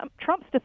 Trump's